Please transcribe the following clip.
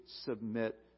submit